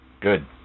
Good